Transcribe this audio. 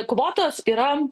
kvotos yra